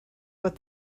what